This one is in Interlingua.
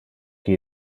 que